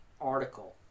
article